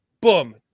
boom